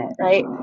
right